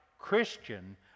Christian